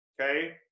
okay